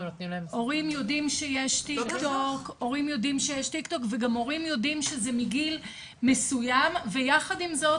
הורים יודעים שיש טיק טוק וגם הורים יודעים שזה מגיל מסוים ויחד עם זאת,